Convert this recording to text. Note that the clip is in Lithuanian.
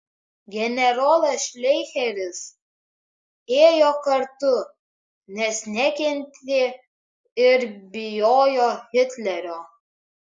generolas šleicheris ėjo kartu nes nekentė ir bijojo hitlerio